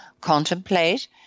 contemplate